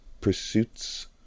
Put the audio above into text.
pursuits